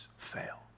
Fail